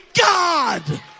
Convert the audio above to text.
God